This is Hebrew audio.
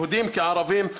יהודים כערבים,